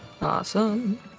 Awesome